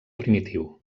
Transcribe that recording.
primitiu